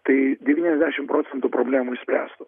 tai devyniasdešimt procentų problemų išsispręstų